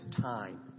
time